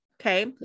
Okay